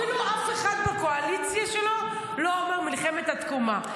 אף אחד בקואליציה שלו אפילו לא אמר "מלחמת התקומה".